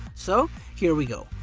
so here we go.